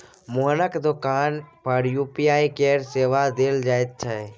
मोहनक दोकान पर यू.पी.आई केर सेवा देल जाइत छै